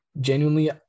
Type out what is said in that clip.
Genuinely